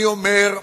אני אומר,